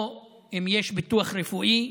או אם יש ביטוח רפואי,